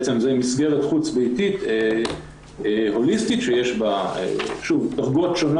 זו מסגרת חוץ ביתית הוליסטית שיש בה סוגים שונים